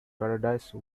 paradise